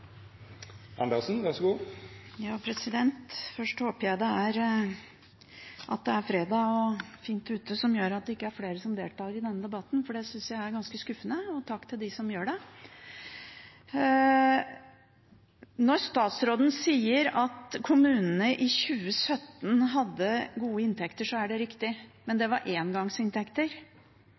vær ute som gjør at det ikke er flere som deltar i denne debatten, for det synes jeg er ganske skuffende, men takk til dem som gjør det. Når statsråden sier at kommunene i 2017 hadde gode inntekter, er det riktig, men det var engangsinntekter.